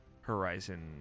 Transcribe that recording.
horizon